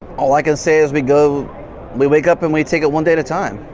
all i can say is we go we wake up and we take it one day at a time.